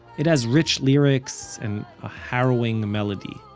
it has rich lyrics and a harrowing melody.